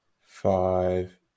five